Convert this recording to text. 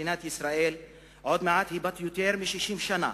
עוד מעט מדינת ישראל בת יותר מ-60 שנה,